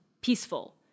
peaceful